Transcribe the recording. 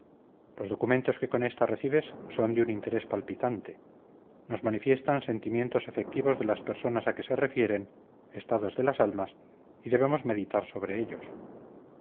los documentos que con esta recibes son de un interés palpitante nos manifiestan sentimientos efectivos de las personas a que se refieren estados de las almas y debemos meditar sobre ellos